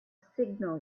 signal